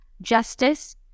justice